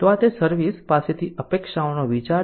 તો આ તે સર્વિસ પાસેથી અપેક્ષાઓનો વિચાર છે